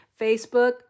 Facebook